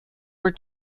were